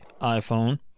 iPhone